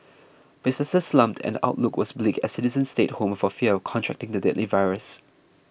businesses slumped and outlook was bleak as citizens stayed home for fear of contracting the deadly virus